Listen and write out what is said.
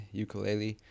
ukulele